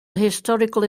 historical